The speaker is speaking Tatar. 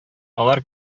алар